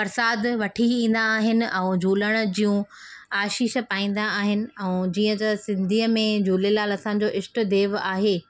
परसादु वठी ई ईंदा आहिनि ऐं झूलण जूं आशीष पाईंदा आहिनि ऐं जीअं त सिंधीअ में झूलेलाल असांजो इष्ट देव आहे